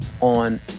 on